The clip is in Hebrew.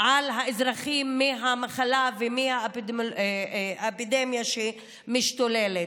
על האזרחים מהמחלה ומהאפידמיה שמשתוללת.